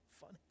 funny